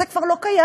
זה כבר לא קיים.